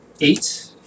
Eight